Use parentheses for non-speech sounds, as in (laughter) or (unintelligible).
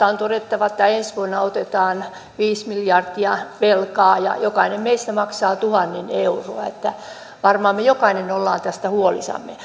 (unintelligible) on todettava että ensi vuonna otetaan viisi miljardia velkaa ja jokainen meistä maksaa tuhannen euroa niin että varmaan me jokainen olemme tästä huolissamme